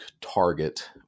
target